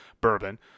bourbon